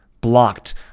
blocked